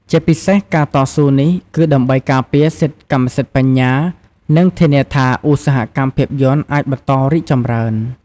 ជាពិសេសការតស៊ូនេះគឺដើម្បីការពារសិទ្ធិកម្មសិទ្ធិបញ្ញា និងធានាថាឧស្សាហកម្មភាពយន្តអាចបន្តរីកចម្រើន។